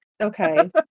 okay